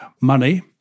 money